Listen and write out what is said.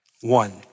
one